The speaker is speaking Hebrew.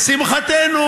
לשמחתנו,